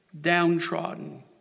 downtrodden